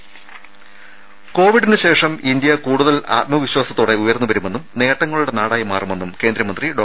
രമേ കോവിഡിന് ശേഷം ഇന്ത്യ കൂടുതൽ അത്മവിശ്വാസത്തോടെ ഉയർന്നുവരുമെന്നും നേട്ടങ്ങളുടെ നാടായി മാറുമെന്നും കേന്ദ്രമന്ത്രി ഡോ